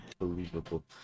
Unbelievable